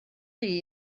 chi